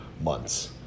months